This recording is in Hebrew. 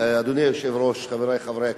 אדוני היושב-ראש, חברי חברי הכנסת,